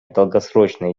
долгосрочной